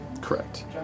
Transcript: Correct